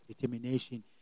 determination